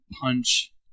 punch